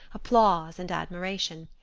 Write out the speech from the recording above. applause, and admiration.